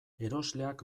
erosleak